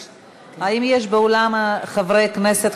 האם יש באולם חברי כנסת,